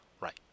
Right